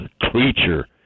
creature